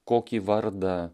kokį vardą